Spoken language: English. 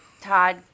Todd